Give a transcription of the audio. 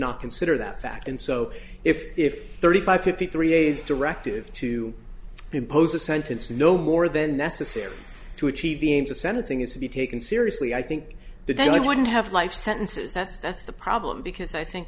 not consider that fact and so if if thirty five fifty three days directive to impose a sentence no more than necessary to achieve the aims of sentencing is to be taken seriously i think that they wouldn't have life sentences that's that's the problem because i think